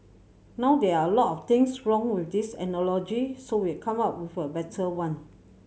now there are a lot of things wrong with this analogy so we've come up with a better one